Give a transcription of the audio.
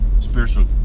spiritual